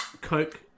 Coke